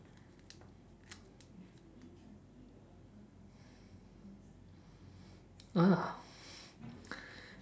ah